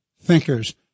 thinkers